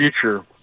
future